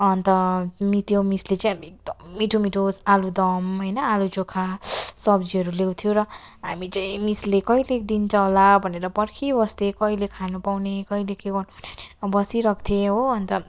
अन्त मि त्यो मिसले चाहिँ अब एकदम मिठो मिठो होइन आलुदम होइन आलु चोखा सब्जीहरू ल्याउँथ्यो र हामी चाहिँ मिसले कहिले दिन्छ होला भनेर पर्खिबस्थ्यौँ कहिले खानु पाउने कहिले के गर्नुपर्ने बसिरहेको थिएँ हो अन्त